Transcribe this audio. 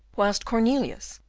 whilst cornelius,